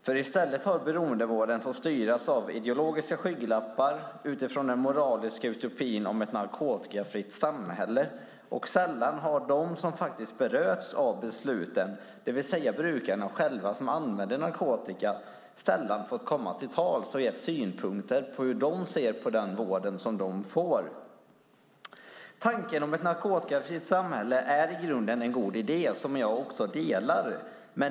I stället har beroendevården fått styras av ideologiska skygglappar utifrån den moraliska utopin om ett narkotikafritt samhälle. Sällan har de som faktiskt berörs av besluten, det vill säga brukarna själva som använder narkotika, fått komma till tals och ge synpunkter på hur de ser på den vård som de får. Tanken om ett narkotikafritt samhälle är i grunden en god idé som även jag delar.